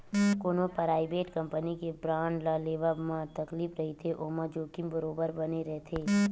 कोनो private company के bond ल लेवब म तकलीफ रहिथे ओमा जोखिम बरोबर बने रथे